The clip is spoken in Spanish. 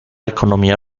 economía